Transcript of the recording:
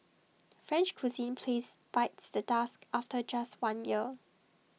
French cuisine place bites the dust after just one year